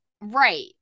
right